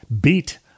beat